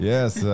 Yes